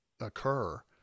occur